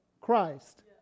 Christ